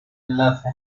enlace